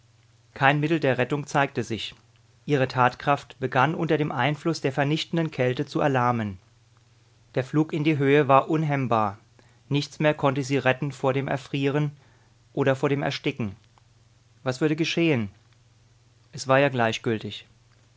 kein mittel der rettung zeigte sich ihre tatkraft begann unter dem einfluß der vernichtenden kälte zu erlahmen der flug in die höhe war unhemmbar nichts mehr konnte sie retten vor dem erfrieren oder vor dem ersticken was würde geschehen es war ja gleichgültig